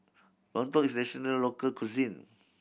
lontong is a traditional local cuisine